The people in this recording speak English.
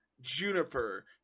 Juniper